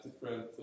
different